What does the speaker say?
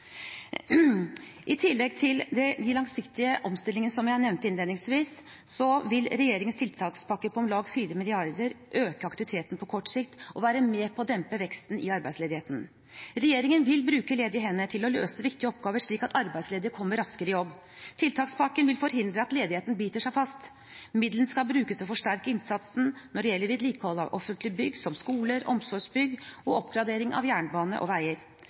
I tillegg til de langsiktige omstillingene, som jeg nevnte innledningsvis, vil regjeringens tiltakspakke på om lag 4 mrd. kr øke aktiviteten på kort sikt og være med på å dempe veksten i arbeidsledigheten. Regjeringen vil bruke ledige hender til å løse viktige oppgaver slik at arbeidsledige kommer raskere i jobb. Tiltakspakken vil forhindre at ledigheten biter seg fast. Midlene skal brukes til å forsterke innsatsen når det gjelder vedlikehold av offentlige bygg, som skoler og omsorgsbygg, og oppgradering av jernbane og veier.